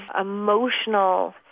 emotional